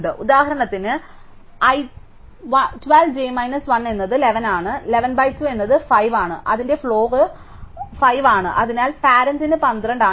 ഉദാഹരണത്തിന് 12 j minus 1 എന്നത് 11 ആണ് 11 ബൈ 2 എന്നത് 5 ആണ് അതിന്റെ ഹാഫ് ഫ്ലോർ 5 ആണ് അതിനാൽ പാരന്റ് ന് 12 ആണ് 5